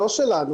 לא שלנו,